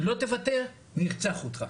לא תוותר - נרצח אותך.